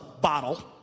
bottle